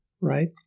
right